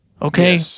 Okay